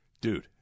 Dude